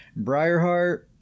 Briarheart